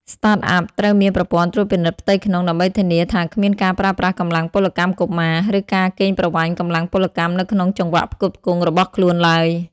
Startup ត្រូវមានប្រព័ន្ធត្រួតពិនិត្យផ្ទៃក្នុង ដើម្បីធានាថាគ្មានការប្រើប្រាស់កម្លាំងពលកម្មកុមារ ឬការកេងប្រវ័ញ្ចកម្លាំងពលកម្មនៅក្នុងចង្វាក់ផ្គត់ផ្គង់របស់ខ្លួនឡើយ។